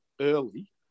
early